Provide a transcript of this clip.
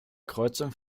kreuzung